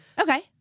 Okay